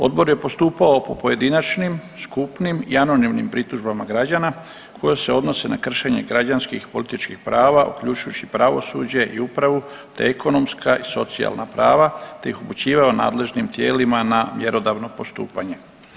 Odbor je postupao po pojedinačnim, skupnim i anonimnim pritužbama građana koje se odnose na kršenje građanskih političkih prava uključujući pravosuđe i upravu te ekonomska i socijalna prava te ih upućivao nadležnim tijelima na mjerodavno postupanje.